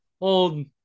old